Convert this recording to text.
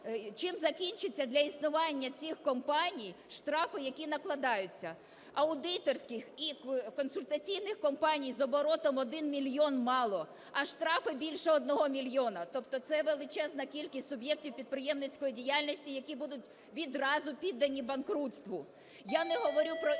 чим закінчиться для існуванням цих компаній штрафи, які накладаються? Аудиторських і консультаційних компаній з оборотом 1 мільйон мало, а штрафи більше 1 мільйона, тобто це величезна кількість суб'єктів підприємницької діяльності, які будуть відразу піддані банкрутству. Я не говорю про інші